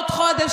עוד חודש,